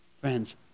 Friends